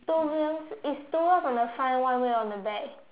two wheel it's two wheel on the front one wheel on the back